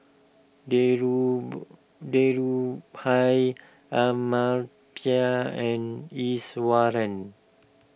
Dhirubhai Amartya and Iswaran